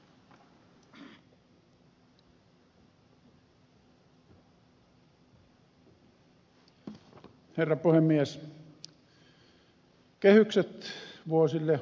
herra puhemies